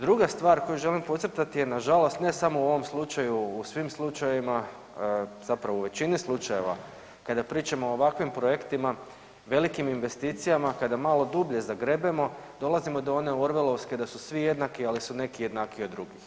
Druga stvar koju želim podcrtati je nažalost ne samo u ovom slučaju, u svim slučajevima, zapravo u većini slučajeva, kada pričamo o ovakvim projektima, velikim investicijama, kada malo dublje zagrebemo, dolazimo do one Orvelske da su svi jednaki, ali su neki jednakiji od drugih.